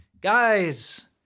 Guys